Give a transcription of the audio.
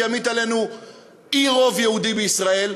שתמיט עלינו אי-רוב יהודי בישראל.